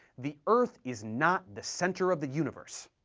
the earth is not the center of the universe.